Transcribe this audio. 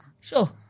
sure